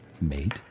Mate